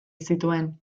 zituen